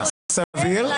כן, סביר, סביר.